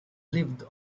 lived